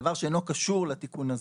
דבר שאינו קשור לתיקון הזה.